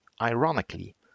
ironically